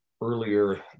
earlier